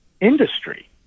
industry